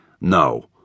no